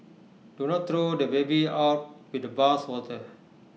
do not throw the baby out with the bathwater